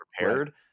prepared